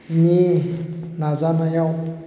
नि नाजानायाव